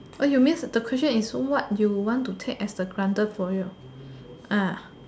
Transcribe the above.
oh you mean the question what you want to take as the granter's for you